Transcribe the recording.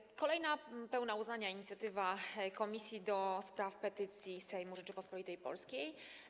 Jest to kolejna pełna uznania inicjatywa Komisji do Spraw Petycji Sejmu Rzeczypospolitej Polskiej.